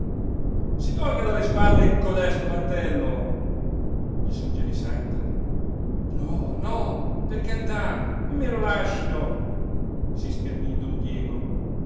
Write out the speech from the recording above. si tolga da le spalle codesto mantello gli suggerí santa no no per carità me lo lascino si schermí don diego